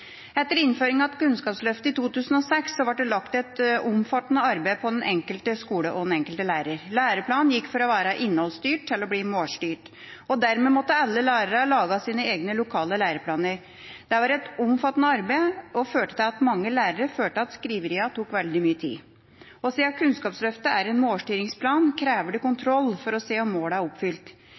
Etter innføringen av Kunnskapsløftet i 2006 ble det lagt et omfattende arbeid på den enkelte skole og den enkelte lærer. Læreplanen gikk fra å være innholdsstyrt til å bli målstyrt. Dermed måtte alle lærerne lage sine egne lokale læreplaner. Det var et omfattende arbeid og førte til at mange lærere følte at skriveriene tok veldig mye tid. Og siden Kunnskapsløftet er en målstyringsplan, krever det kontroll for å se om målene er oppfylt.